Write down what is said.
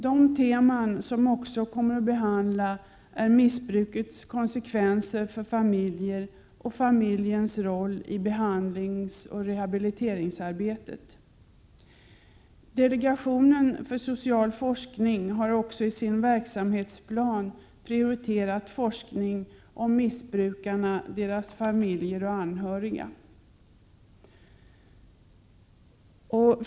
De teman som också kommer att behandlas är missbrukets konsekvenser för familjer och familjens roll i behandlingsoch rehabiliteringsarbetet. Delegationen för social forskning har också i sin verksamhetsplan prioriterat forskning om missbrukarna, deras familjer och anhöriga.